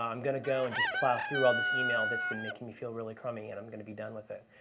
um i'm going to go and just plow through all of this email that's been making me feel really crummy and i'm going to be down with it.